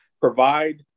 provide